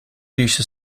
riesce